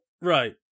Right